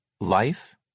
Life